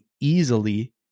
easily